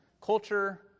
culture